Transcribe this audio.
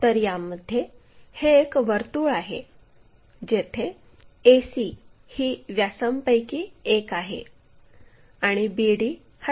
तर यामध्ये हे एक वर्तुळ आहे जेथे ac ही व्यासांपैकी एक आहे आणि bd हा दुसरा व्यास आहे